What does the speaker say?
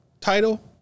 title